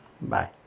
Bye